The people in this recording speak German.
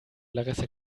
larissa